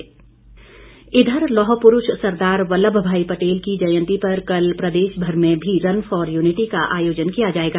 एकता दौड़ इधर लौह पुरूष सरदार वल्लभ भाई पटेल की जयंती पर कल प्रदेश भर में रन फॉर यूनिटी का आयोजन किया जाएगा